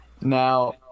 Now